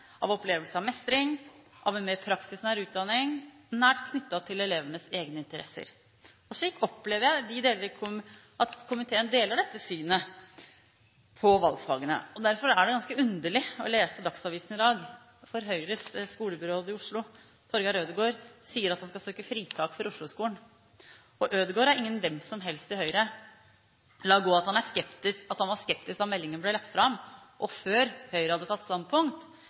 av opplevelse av mestring og av en mer praksisnær utdanning nært knyttet til elevenes egne interesser. Jeg opplever at komiteen deler dette synet på valgfagene. Derfor er det ganske underlig å lese i Dagsavisen i dag at Høyres skolebyråd i Oslo, Torger Ødegaard, sier at han skal søke fritak for Osloskolen. Ødegaard er ingen hvem som helst i Høyre. La gå at han var skeptisk da meldingen ble lagt fram og før Høyre hadde tatt standpunkt,